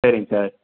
சரிங்க சார்